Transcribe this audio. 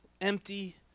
empty